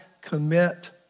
commit